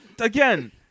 again